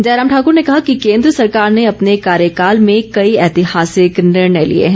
जयराम ठाकर ने कहा कि केन्द्र सरकार ने अपने कार्यकाल में कई ऐतिहासिक निर्णय लिए हैं